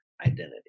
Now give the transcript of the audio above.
identity